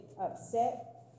upset